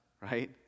right